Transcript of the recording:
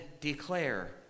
declare